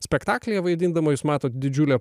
spektaklyje vaidindama jūs matot didžiulę